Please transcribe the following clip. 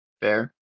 Fair